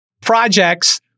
projects